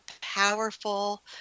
powerful